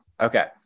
Okay